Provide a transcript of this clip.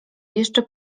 jeszcze